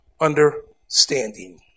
understanding